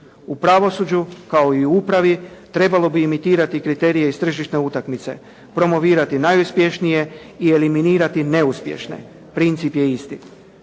U pravosuđu kao i u upravi trebalo bi imitirati kriterije iz tržišne utakmice. Promovirati najuspješnije i eliminirati neuspješne. Princip je isti.